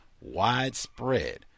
widespread